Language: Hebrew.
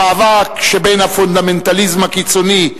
במאבק שבין הפונדמנטליזם הקיצוני,